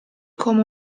come